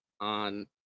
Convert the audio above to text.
on